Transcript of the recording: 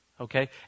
Okay